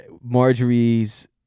Marjorie's